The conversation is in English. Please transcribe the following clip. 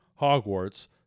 Hogwarts